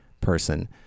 person